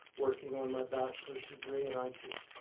working on my bachelor's degree in i t.